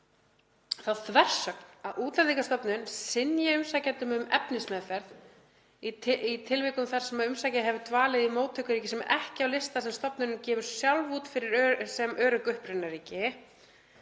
þá þversögn að Útlendingastofnun synji umsækjendum um efnismeðferð í tilvikum þar sem umsækjandi hefur dvalið í móttökuríki sem er ekki á lista sem stofnunin gefur sjálf út yfir örugg upprunaríki.